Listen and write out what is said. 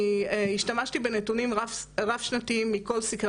השתמשתי בנתונים רב-שנתיים מכל סקרי